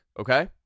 okay